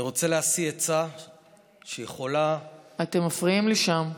אני רוצה להשיא עצה שיכולה, אתם מפריעים לי שם.